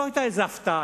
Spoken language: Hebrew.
זו לא היתה איזו הפתעה,